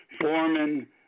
foreman